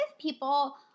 people